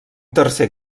tercer